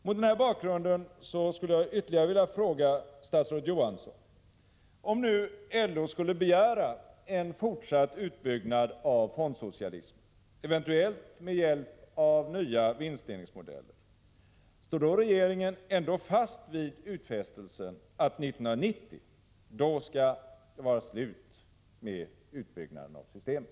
Mot denna bakgrund skulle jag ytterligare vilja fråga statsrådet Johansson: Om nu LO skulle begära en fortsatt utbyggnad av fondsocialismen, eventuellt med hjälp av nya vinstdelningsmodeller, står regeringen ändå fast vid utfästelsen att 1990, då skall det vara slut med utbyggnaden av systemet?